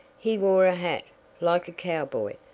he wore a hat like a cowboy,